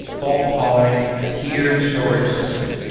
fault tolerant, tiered storage system.